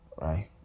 right